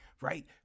right